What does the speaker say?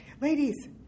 Ladies